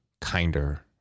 kinder